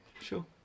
sure